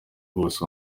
hose